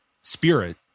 spirit